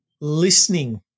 listening